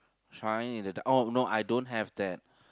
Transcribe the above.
shining in the dark oh no I don't have that